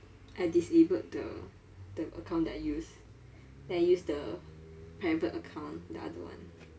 I disabled the the account that I use then I use the private account the other one